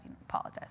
apologize